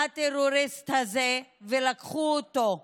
הטרוריסט הזה, ולקחה אותו.